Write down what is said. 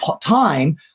time